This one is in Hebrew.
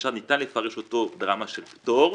ניתן לפרש אותו ברמה של פטור,